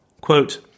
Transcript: Quote